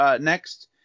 next